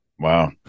Wow